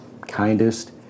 kindest